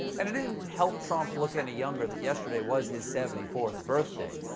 and it didn't help trump look any younger that yesterday was his seventy fourth birthday.